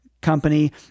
company